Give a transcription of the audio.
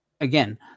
Again